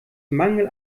mangel